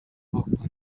bakunda